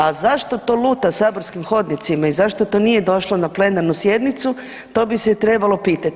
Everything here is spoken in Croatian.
A zašto to luta saborskim hodnicima i zašto to nije došlo na plenarnu sjednicu, to bi se trebalo pitati.